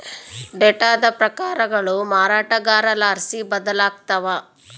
ಡೇಟಾದ ಪ್ರಕಾರಗಳು ಮಾರಾಟಗಾರರ್ಲಾಸಿ ಬದಲಾಗ್ತವ